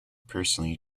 personally